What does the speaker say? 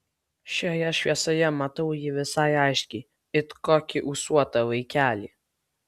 šioje šviesoje matau jį visai aiškiai it kokį ūsuotą vaikelį